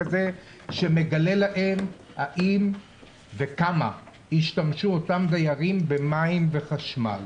שמגלה להם האם וכמה השתמשו אותם דיירים במים וחשמל.